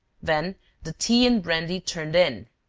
then the tea and brandy turned in.